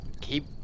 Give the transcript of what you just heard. keep